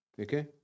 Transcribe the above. Okay